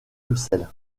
russel